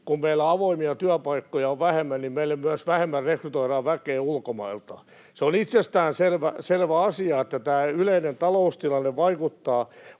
kun meillä avoimia työpaikkoja on vähemmän, meille myös vähemmän rekrytoidaan väkeä ulkomailta. Se on itsestään selvä asia, että tämä yleinen taloustilanne vaikuttaa